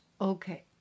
okay